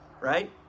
Right